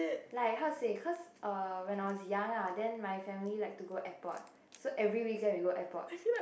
like how to say cause err when I was young ah then my family like to go airport so every weekend we go airport